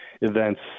events